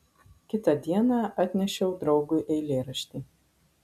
kitą dieną atnešiau draugui eilėraštį